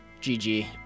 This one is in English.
GG